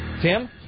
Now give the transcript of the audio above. Tim